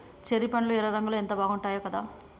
cherry పండ్లు ఎర్ర రంగులో ఎంత బాగుంటాయో కదా